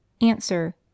Answer